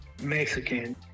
Mexican